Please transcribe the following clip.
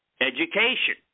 education